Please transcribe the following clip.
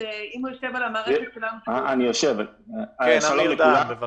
שלום לכולם.